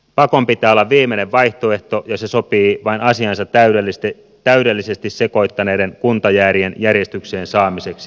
pakon pitää olla viimeinen vaihtoehto ja se sopii vain asiansa täydellisesti sekoittaneiden kuntajäärien järjestykseen saamiseksi